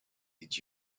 did